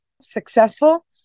successful